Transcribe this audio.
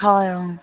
হয় অঁ